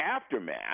aftermath